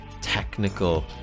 technical